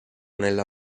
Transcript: nella